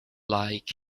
like